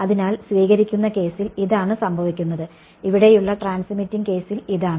അതിനാൽ സ്വീകരിക്കുന്ന കേസിൽ ഇതാണ് സംഭവിക്കുന്നത് ഇവിടെയുള്ള ട്രാൻസ്മിറ്റിംഗ് കേസിൽ ഇതാണ്